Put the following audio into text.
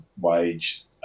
wage